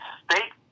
state